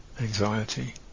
anxiety